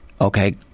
okay